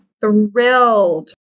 Thrilled